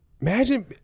imagine